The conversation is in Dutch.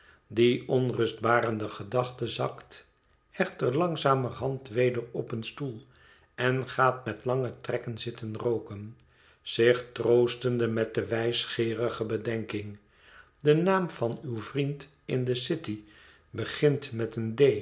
die onrustbarende gedaante zakt echter langzamerhand weder op een stoel en gaat met lange trekken zitten rooken zich troostende met de wijsgeerige bedenking de naam van uw vriend in de city begint met een